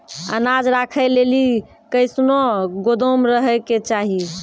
अनाज राखै लेली कैसनौ गोदाम रहै के चाही?